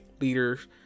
leaders